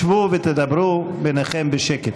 שבו ותדברו ביניכם בשקט.